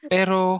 Pero